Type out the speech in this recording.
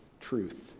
truth